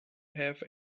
have